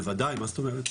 בוודאי, מה זאת אומרת.